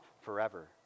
forever